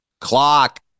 clock